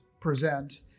present